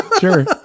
Sure